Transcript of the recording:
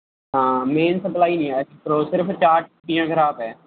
ਹਾਂ main supply ਨਹੀਂ ਹੈ ਉੱਪਰੋਂ ਸਿਰਫ਼ ਚਾਰ ਟੂਟੀਆਂ ਖ਼ਰਾਬ ਹੈ